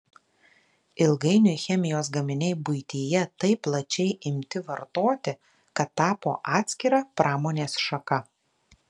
ilgainiui chemijos gaminiai buityje taip plačiai imti vartoti kad tapo atskira pramonės šaka